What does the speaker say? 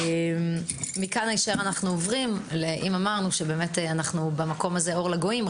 אם אמרנו שבמקום הזה אנחנו אור לגויים,